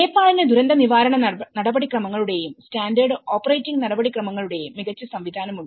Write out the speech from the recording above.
നേപ്പാളിന് ദുരന്ത നിവാരണ നടപടിക്രമങ്ങളുടെയും സ്റ്റാൻഡേർഡ് ഓപ്പറേറ്റിംഗ് നടപടിക്രമങ്ങളുടെയും മികച്ച സംവിധാനമുണ്ട്